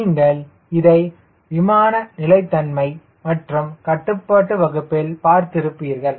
நீங்கள் இதை விமான நிலைத்தன்மை மற்றும் கட்டுப்பாடு வகுப்பில் பார்த்திருப்பீர்கள்